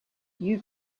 you